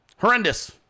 horrendous